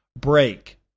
Break